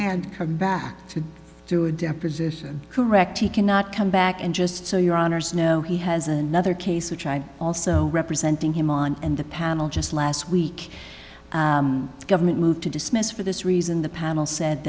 and come back to do a deposition correct he cannot come back and just your honors know he has another case which i also representing him on and the panel just last week government moved to dismiss for this reason the panel said